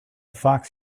fox